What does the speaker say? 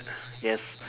yes